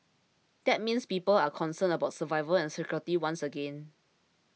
that means people are concerned about survival and security once again